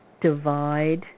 divide